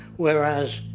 whereas,